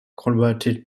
converted